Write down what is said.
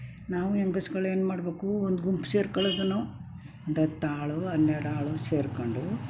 ನಾವು ಹೆಂಗಸ್ಗಳು ಏನು ಮಾಡಬೇಕು ಒಂದು ಗುಂಪು ಸೇರ್ಕೊಳ್ಳೋದು ನಾವು ಒಂದು ಹತ್ತು ಆಳು ಹನ್ನೆರ್ಡು ಆಳು ಸೇರಿಕೊಂಡು